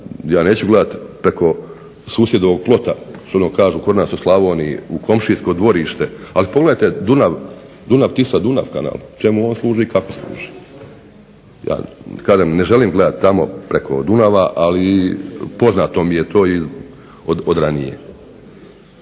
ja neću gledati preko susjedovog plota što ono kažu kod nas u Slavoniji u komšijsko dvorište, ali pogledajte Dunav-Tisa-Dunav kanal čemu on služi i kako služi. Ja kažem ne želim gledati tamo preko Dunava, ali poznato mi je to i od ranije.